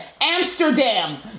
Amsterdam